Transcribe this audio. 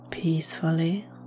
peacefully